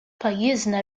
pajjiżna